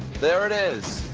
there it is!